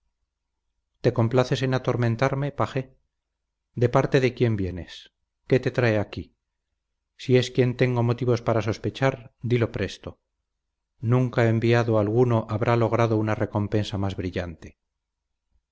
te complaces en atormentarme paje de parte de quién vienes qué te trae aquí si es quien tengo motivos para sospechar dilo presto nunca enviado alguno habrá logrado una recompensa más brillante